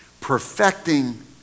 perfecting